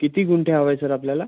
किती गुंठे हवा आहे सर आपल्याला